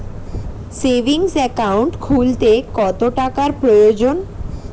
Savings account খুলতে কত টাকার প্রয়োজন?